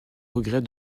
regret